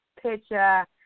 Picture